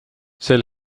sel